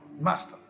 master